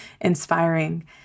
inspiring